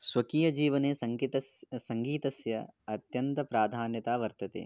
स्वकीय जीवने सङ्गीतस्य सङ्गीतस्य अत्यन्तं प्राधान्यता वर्तते